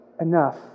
enough